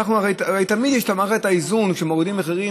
הרי תמיד יש את מערכת האיזון: כשמורידים מחירים,